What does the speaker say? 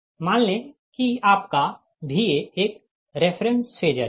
मान लें कि आपका Va एक रेफ़रेंस फेजर है